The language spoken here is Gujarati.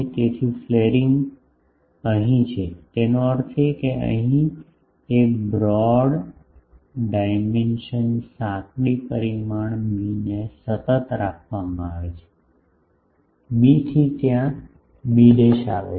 તેથી ફલેરીંગ અહીં છે એનો અર્થ એ કે અહીં એ બ્રોડ ડાયમેન્શન સાંકડી પરિમાણ બીને સતત રાખવામાં આવે છે બીથી તે ત્યાં બી આવે છે